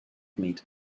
meet